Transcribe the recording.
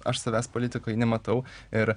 aš savęs politikoj nematau ir